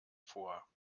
vor